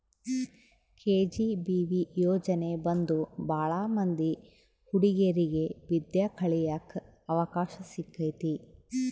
KGBV ಯೋಜನೆ ಬಂದು ಭಾಳ ಮಂದಿ ಹುಡಿಗೇರಿಗೆ ವಿದ್ಯಾ ಕಳಿಯಕ್ ಅವಕಾಶ ಸಿಕ್ಕೈತಿ